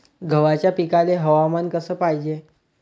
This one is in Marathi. गव्हाच्या पिकाले हवामान कस पायजे?